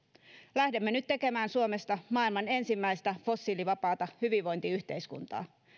lähdemme nyt tekemään suomesta maailman ensimmäistä fossiilivapaata hyvinvointiyhteiskuntaa